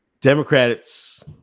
Democrats